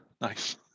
Nice